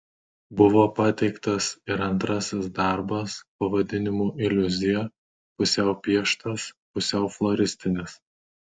buvo pateiktas ir antrasis darbas pavadinimu iliuzija pusiau pieštas pusiau floristinis